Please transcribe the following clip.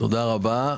תודה רבה.